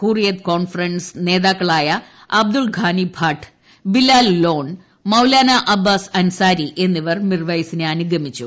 Hurriyat conference നേതാക്കളായ അബ്ദുൾ ഘനി ഭാട്ട് ബിലാൽ ലോൺ മൌലാനാ അബ്ബാസ് അൻസാരി എന്നിവർ മിർവെയ്സിനെ അനുഗമിച്ചു